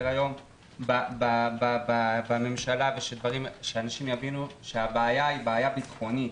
היום בממשלה ושאנשים יבינו שהבעיה היא בעיה ביטחונית.